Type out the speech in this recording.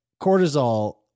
cortisol